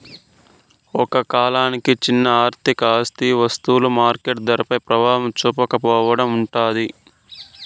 ఒక కాలానికి చిన్న ఆర్థిక ఆస్తి వస్తువులు మార్కెట్ ధరపై ప్రభావం చూపకపోవడం ఉంటాది